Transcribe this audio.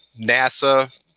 NASA